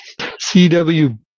CW